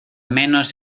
menos